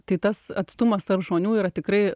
tai tas atstumas tarp žmonių yra tikrai